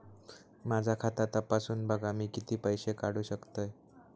माझा खाता तपासून बघा मी किती पैशे काढू शकतय?